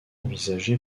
envisagé